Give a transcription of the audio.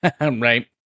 Right